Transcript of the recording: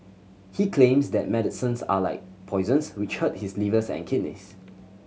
he claims that medicines are like poisons which hurt his livers and kidneys